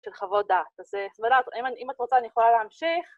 ‫של חוות דעת. ‫אז מירב, אם את רוצה, ‫אני יכולה להמשיך.